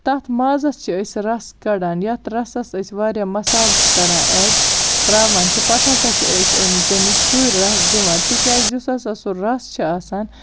تَتھ مازَس چھِ أسۍ رَس کَڑان یتھ رَسَس أسۍ واریاہ مَصالہٕ چھ کَران ایٚڈ تراوان چھِ پَتہٕ ہَسا چھ أسۍ امۍ تٔمِس سُے رَس دِوان تکیاز یُس ہَسا سُہ رَس چھُ آسان